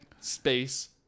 space